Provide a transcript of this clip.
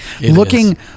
looking